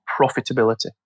profitability